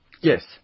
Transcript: Yes